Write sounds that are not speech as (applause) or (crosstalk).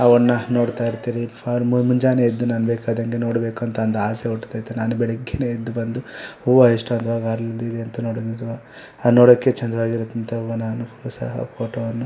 ಅವನ್ನು ನೋಡ್ತಾಯಿರ್ತೀವಿ ಫಾರ್ಮು ಮುಂಜಾನೆ ಎದ್ದು ನಾನು ಬೇಕಾದಂತೆ ನೋಡಬೇಕು ಅಂತಂದು ಆಸೆ ಹುಟ್ತೈತೆ ನಾನು ಬೆಳಗ್ಗೆಯೇ ಎದ್ದು ಬಂದು ಹೂವು ಎಷ್ಟು ಅಂದವಾಗಿ ಅರಳಿದೆ ಅಂತ (unintelligible) ನೋಡೋಕೆ ಚೆಂದವಾಗಿರುತ್ತೆ ಹೂವು ಅಂತ ನಾನು ಸಹ ಫೋಟೋವನ್ನು